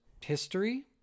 history